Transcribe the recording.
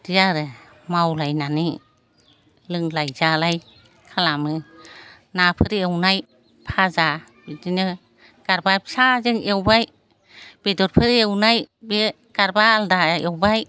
बिदि आरो मावलायनानै लोंलाय जालाय खालामो नाफोर एवनाय फाजा इदिनो गारबा फिसाजों एवबाय बेदरफोर एवनाय बे गारबा आलदा एवबाय